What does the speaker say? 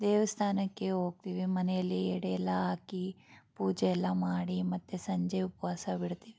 ದೇವಸ್ಥಾನಕ್ಕೆ ಹೋಗ್ತೀವಿ ಮನೆಯಲ್ಲಿ ಎಡೆ ಎಲ್ಲ ಹಾಕಿ ಪೂಜೆ ಎಲ್ಲ ಮಾಡಿ ಮತ್ತೆ ಸಂಜೆ ಉಪವಾಸ ಬಿಡ್ತೀವಿ